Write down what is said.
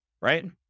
right